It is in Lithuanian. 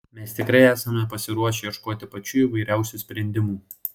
mes tikrai esame pasiruošę ieškoti pačių įvairiausių sprendimų